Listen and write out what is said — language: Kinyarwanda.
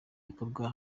bikorwa